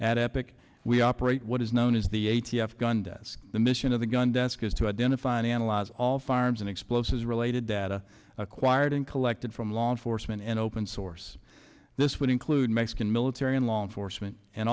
at epic we operate what is known as the a t f gun deaths the mission of the gun desk is to identify and analyze all firearms and explosives related data acquired and collected from law enforcement and open source this would include mexican military and law enforcement and